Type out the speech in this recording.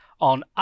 on